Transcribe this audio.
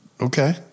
Okay